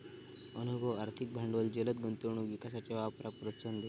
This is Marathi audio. अनुभव, आर्थिक भांडवल जलद गुंतवणूक विकासाच्या वापराक प्रोत्साहन देईत